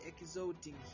exalting